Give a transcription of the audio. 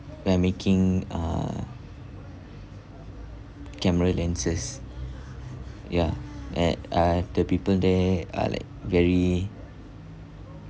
we're making uh camera lenses ya at uh the people there are like very